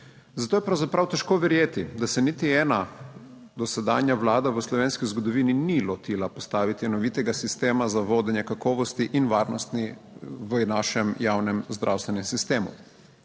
zato je pravzaprav težko verjeti, da se niti ena dosedanja vlada v slovenski zgodovini ni lotila postaviti enovitega sistema za vodenje kakovosti in varnosti v našem javnem zdravstvenem sistemu.